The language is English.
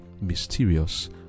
mysterious